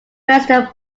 president